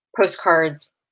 postcards